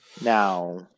Now